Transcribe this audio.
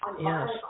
Yes